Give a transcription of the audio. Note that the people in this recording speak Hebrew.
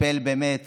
לטפל באמת